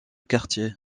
quartier